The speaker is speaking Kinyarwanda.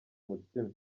umutsima